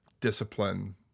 discipline